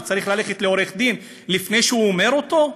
הוא צריך ללכת לעורך-דין לפני שהוא אומר אותו,